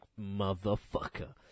motherfucker